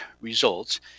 results